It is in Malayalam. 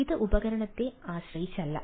ഇത് ഉപകരണത്തെ ആശ്രയിച്ചല്ല